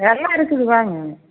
எல்லா இருக்குது வாங்க